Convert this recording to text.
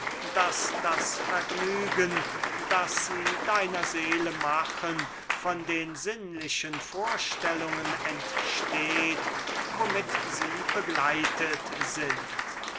daß das vergnügen so sie deiner seele machen von den sinnlichen vorstellungen entsteht womit sie begleitet sind